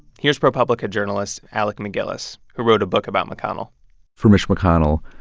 here's propublica journalist alec macgillis, who wrote a book about mcconnell for mitch mcconnell,